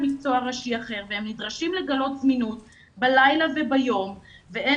מקצוע ראשי אחר והם נדרשים לגלות זמינות בלילה וביום ואין